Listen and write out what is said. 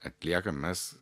atliekam mes